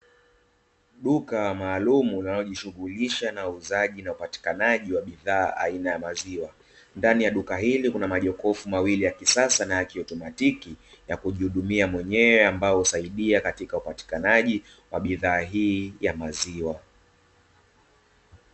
Duka maalumu linalojishughulisha na uuzaji na upatikanaji wa bidhaa aina ya maziwa ndani ya duka hili kuna majokofu mawili ya kisasa na ya kiotomatiki ya kujihudumia mwenyewe ambayo husaidia katika upatikanaji wa bidhaa hii ya maziwa.